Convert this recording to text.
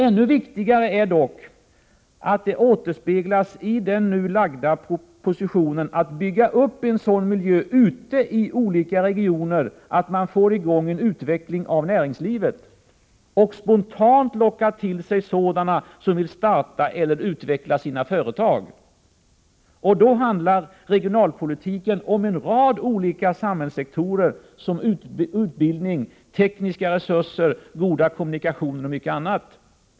Ännu viktigare är dock att det återspeglas i den nu framlagda propositionen att man bygger upp en sådan miljö ute i olika regioner, att man får i gång en utveckling av näringslivet och spontant lockar till sig sådana som vill starta eller utveckla sina företag. Då handlar regionalpolitiken om en rad olika samhällssektorer såsom utbildning, tekniska resurser, goda kommunikationer och mycket annat.